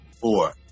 Four